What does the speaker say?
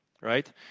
right